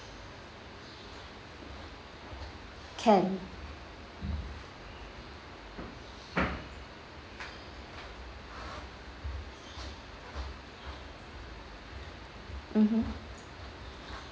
can mmhmm